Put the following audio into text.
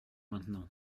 maintenant